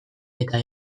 eta